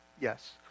yes